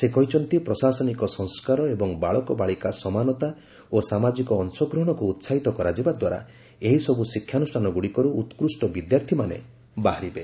ସେ କହିଛନ୍ତି ପ୍ରଶାସନିକ ସଂସ୍କାର ଏବଂ ବାଳକବାଳିକା ସମାନତା ଓ ସାମାଜିକ ଅଂଶଗ୍ରହଣକୁ ଉତ୍ସାହିତ କରାଯିବା ଦ୍ୱାରା ଏହିସବୁ ଶିକ୍ଷାନୁଷ୍ଠାନଗୁଡ଼ିକରୁ ଉକ୍ସ୍ଟ ବିଦ୍ୟାର୍ଥୀମାନେ ବାହାରିବେ